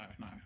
no